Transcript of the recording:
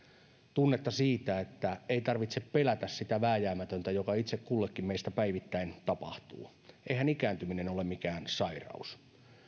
tunnetta siitä että ei tarvitse pelätä sitä vääjäämätöntä joka itse kullekin meistä päivittäin tapahtuu eihän ikääntyminen ole mikään sairaus